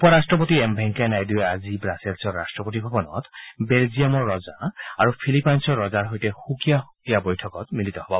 উপ ৰাষ্ট্ৰপতি এম ভেংকায়া নাইডুৱে আজি ৱাছেলছৰ ৰাষ্ট্ৰপতি ভৱনত বেলজিয়ামৰ ৰজা আৰু ফিলিপাইনছৰ ৰজাৰ সৈতে সুকীয়া সুকীয়া বৈঠকত মিলি হ'ব